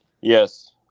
Yes